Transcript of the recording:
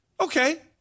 okay